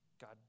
God